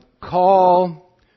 call